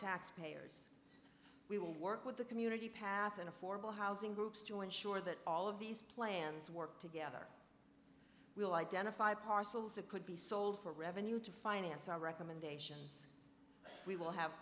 taxpayers we will work with the community pathan affordable housing groups to ensure that all of these plans work together will identify parcels that could be sold for revenue to finance our recommendations we will have